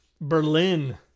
berlin